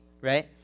right